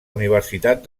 universitat